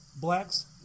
Blacks